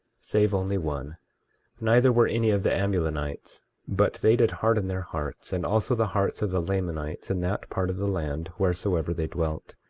save only one neither were any of the amulonites but they did harden their hearts, and also the hearts of the lamanites in that part of the land wheresoever they dwelt,